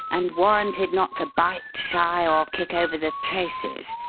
and warranted not to bite, shy, or kick over the traces,